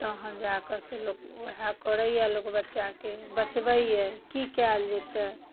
तखन जा कऽ से लोक उएह करैए लोक बच्चाके बचबैए की कयल जेतै